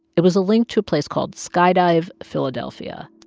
it was a link to a place called skydive philadelphia